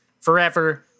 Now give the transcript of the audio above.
forever